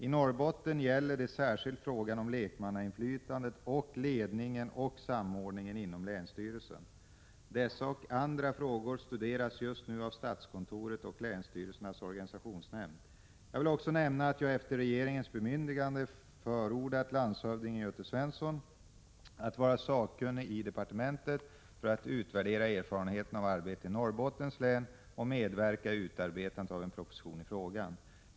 I Norrbotten gäller det särskilt frågan om lekmannainflytandet och ledningen och samordningen inom länsstyrelsen. Dessa och andra frågor studeras just nu av statskontoret och länsstyrelsernas organisationsnämnd. Jag vill också nämna att jag efter regeringens bemyndigande förordnat landshövdingen Göte Svenson att vara sakkunnig i departementet för att utvärdera erfarenheterna av arbetet i Norrbottens län och medverka i utarbetandet av en proposition i frågan.